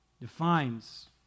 defines